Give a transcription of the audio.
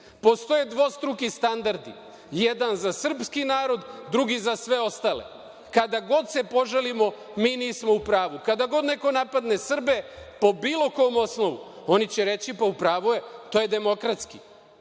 dvostruki standardi, jedan za srpski narod, drugi za sve ostale. Kada god se požalimo mi nismo u pravu. Kada god neko napadne Srbe, po bilo kom osnovu, on će reći – pa, u pravu je, to je demokratski.